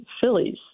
Phillies